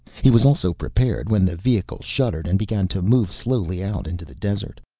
he was also prepared when the vehicle shuddered and began to move slowly out into the desert.